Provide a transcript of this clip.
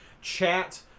chat